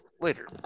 later